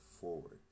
forward